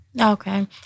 Okay